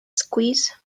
squeeze